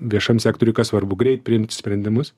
viešam sektoriui kas svarbu greit priimt sprendimus